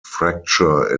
fracture